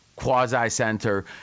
quasi-center